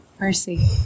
Mercy